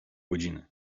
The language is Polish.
godziny